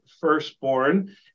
firstborn